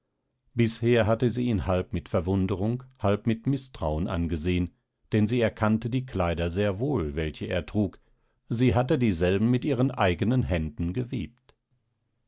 bisher hatte sie ihn halb mit verwunderung halb mit mißtrauen angesehen denn sie erkannte die kleider sehr wohl welche er trug sie hatte dieselben mit ihren eignen händen gewebt